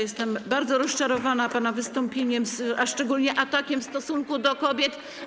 Jestem bardzo rozczarowana pana wystąpieniem, a szczególnie atakiem w stosunku do kobiet.